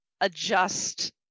adjust